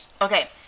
Okay